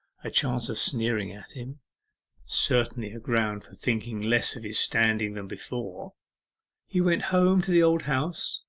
a chance of sneering at him certainly a ground for thinking less of his standing than before he went home to the old house,